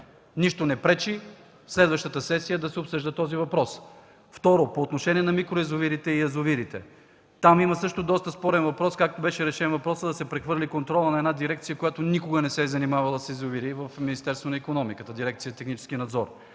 Нищо не пречи следващата сесия да се обсъжда този въпрос. Второ, по отношение на микроязовирите и язовирите. Там също има доста спорен въпрос, както беше решен въпросът да се прехвърли контролът на една дирекция, която никога не се е занимавала с язовири в Министерството на икономиката – дирекция „Технически надзор”,